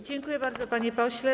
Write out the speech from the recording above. Dziękuję bardzo, panie pośle.